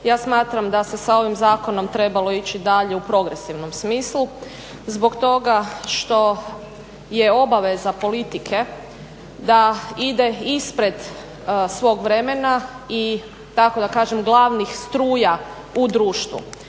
ja smatram da se sa ovim Zakonom trebalo ići dalje u progresivnom smislu zbog toga što je obaveza politike da ide ispred svog vremena i tako da kažem glavnih struja u društvu.